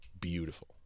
beautiful